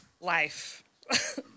life